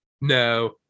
No